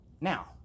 Now